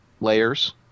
layers